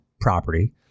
property